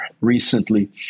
recently